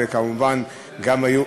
וכמובן גם היו,